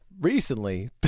recently